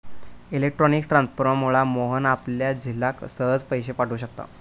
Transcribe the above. electronic ट्रांसफरमुळा मोहन आपल्या झिलाक सहज पैशे पाठव शकता